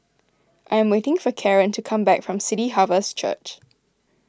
I am waiting for Kaaren to come back from City Harvest Church